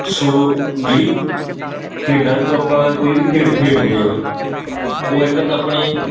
ਸੋ ਜਿਹੜੀ ਖੇਡਾਂ ਜਦੋਂ ਆਪਾਂ ਕੋਈ ਵੀ ਖੇਡ ਖੇਡਦੇ ਹਾਂ ਉਹ ਇੱਕ ਤਾਂ ਆਪਣੇ